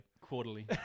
quarterly